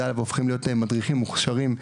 הלאה והופכים להיות מדריכים מוכשרים,